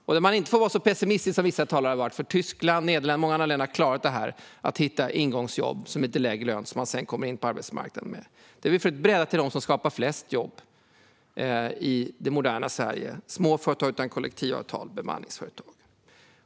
Man får inte får vara så pessimistisk som vissa talare har varit, för Tyskland, Nederländerna och många andra länder har klarat att hitta ingångsjobb med lite lägre lön, så att människor kommer in på arbetsmarknaden. Detta har vi försökt bredda till dem som skapar flest jobb i det moderna Sverige: små företag utan kollektivavtal samt bemanningsföretag.